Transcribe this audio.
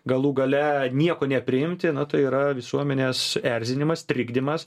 galų gale nieko nepriimti na tai yra visuomenės erzinimas trikdymas